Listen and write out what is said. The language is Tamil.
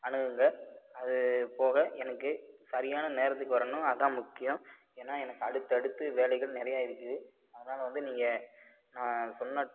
அனுகுங்க அதுபோக எனக்கு சரியான நேரத்துக்கு வரணும் அதான் முக்கியம் ஏன்னா எனக்கு அடுத்து அடுத்து வேலைகள் நிறைய இருக்குது அதனால் வந்து நீங்கள் நான் சொன்ன